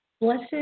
Blessed